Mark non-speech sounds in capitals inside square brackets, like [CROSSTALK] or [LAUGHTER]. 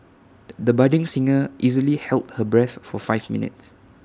[NOISE] the budding singer easily held her breath for five minutes